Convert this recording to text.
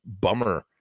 bummer